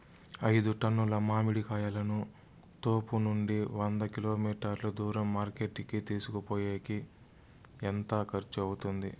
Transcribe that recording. ఐదు టన్నుల మామిడి కాయలను తోపునుండి వంద కిలోమీటర్లు దూరం మార్కెట్ కి తీసుకొనిపోయేకి ఎంత ఖర్చు అవుతుంది?